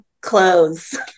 clothes